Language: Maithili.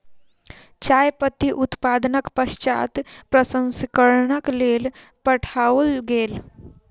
चाय पत्ती उत्पादनक पश्चात प्रसंस्करणक लेल पठाओल गेल